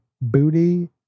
booty